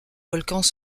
volcans